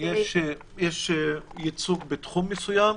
יש ייצוג בתחום מסוים?